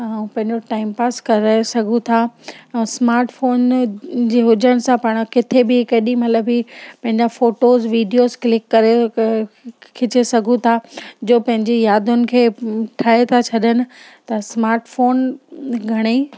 ऐं पंहिंजो time pass करे सघूं था स्मार्ट फ़ोन जे हुजण सां पाण किथे बि केॾीमहिल बि पंहिंजा फ़ोटोस वीडियोस किल्क करे क खीचे सघूं था जो पंहिंजी यादियुनि खे ठाहे था छॾनि व त स्मार्ट फ़ोन घणेई